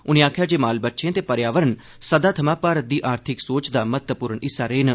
उनें आखेआ जे माल बच्छे ते पर्यावरण सदा थमां भारत दी आर्थिक सोच दा महत्वपूर्ण हिस्सा रेय न